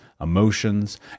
emotions